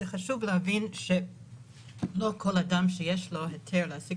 חשוב להבין שלא כל אדם שיש לו היתר להעסיק